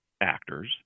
actors